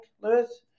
Lewis